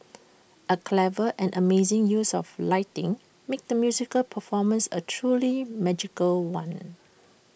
A clever and amazing use of lighting made the musical performance A truly magical one